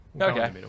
okay